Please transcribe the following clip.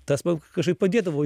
tas man kažkaip padėdavo